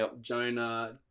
Jonah